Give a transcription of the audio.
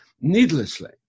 needlessly